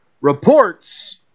reports –